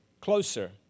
closer